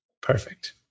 Perfect